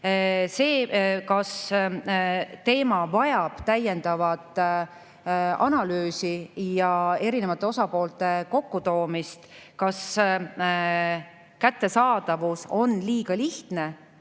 Kas teema vajab täiendavat analüüsi ja erinevate osapoolte kokkutoomist, kas kättesaadavus on liiga lihtne,